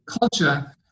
culture